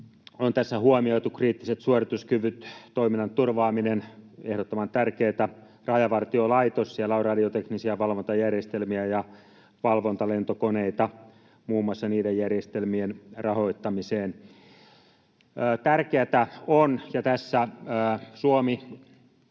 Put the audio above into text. on tässä huomioitu, kriittiset suorituskyvyt, toiminnan turvaaminen — ehdottoman tärkeätä. Rajavartiolaitos, siellä on radioteknisiä valvontajärjestelmiä ja valvontalentokoneita, muun muassa niiden järjestelmien rahoittamiseen on budjetoitu. Tärkeätä on — ja tässä Suomi